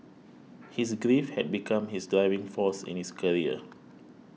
his grief had become his driving force in his career